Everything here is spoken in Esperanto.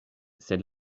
sed